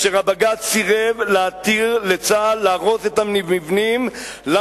אשר בג"ץ סירב להתיר לצה"ל להרוס אותם למרות